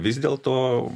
vis dėlto